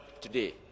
today